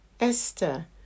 Esther